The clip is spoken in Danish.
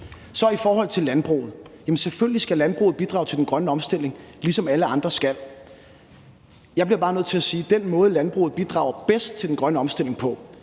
i forhold til landbruget: Jamen selvfølgelig skal landbruget bidrage til den grønne omstilling, ligesom alle andre skal. Jeg bliver bare nødt til at sige, at den måde, landbruget bidrager bedst til den grønne omstilling på,